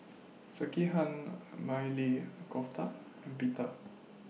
Sekihan Maili Kofta and Pita